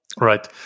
Right